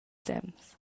temps